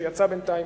שיצא בינתיים,